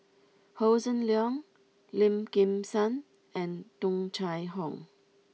Hossan Leong Lim Kim San and Tung Chye Hong